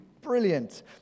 Brilliant